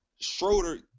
Schroeder